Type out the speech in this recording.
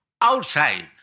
outside